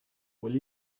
will